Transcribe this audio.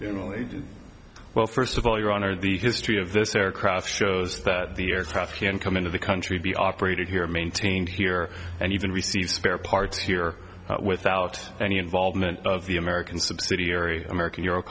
really well first of all your honor the history of this aircraft shows that the aircraft can come into the country be operated here maintained here and even receive spare parts here without any involvement of the american subsidiary american